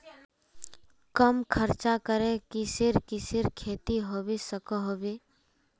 कम खर्च करे किसेर किसेर खेती होबे सकोहो होबे?